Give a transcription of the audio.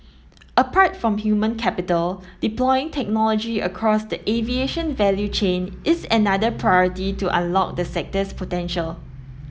apart from human capital deploying technology across the aviation value chain is another priority to unlock the sector's potential